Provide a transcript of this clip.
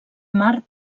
mar